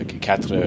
quatre